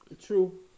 True